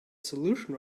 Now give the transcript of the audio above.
solution